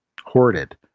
hoarded